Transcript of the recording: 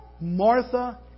Martha